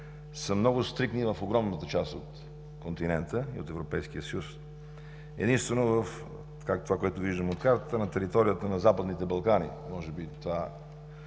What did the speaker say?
са много стриктни в огромната част от континента и от Европейския съюз. Единствено в това, което виждам на картата, на територията на Западните Балкани, може би това